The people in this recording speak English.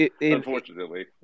unfortunately